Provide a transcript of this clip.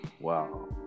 Wow